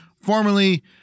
formerly